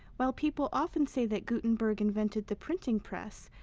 while people often say that gutenberg invented the printing press,